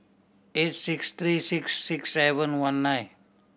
eight six three six six seven one nine